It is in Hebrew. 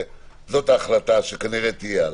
זאת ההחלטה שכנראה תהיה הלאה.